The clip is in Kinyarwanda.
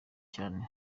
cyane